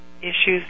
issues